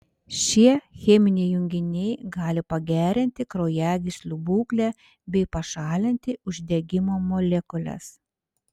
šie cheminiai junginiai gali pagerinti kraujagyslių būklę bei pašalinti uždegimo molekules